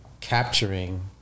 capturing